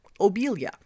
Obelia